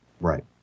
Right